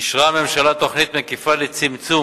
אישרה הממשלה תוכנית מקיפה לצמצום